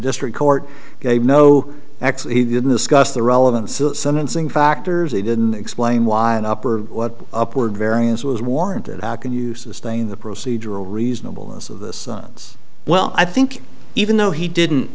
district court gave no actually he didn't discuss the relevant sentencing factors they didn't explain why an up or what upward variance was warranted how can you sustain the procedure a reasonable this of the sons well i think even though he didn't